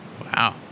Wow